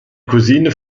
cousine